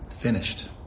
finished